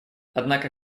однако